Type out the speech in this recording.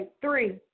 Three